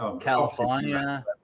California